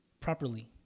properly